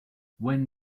when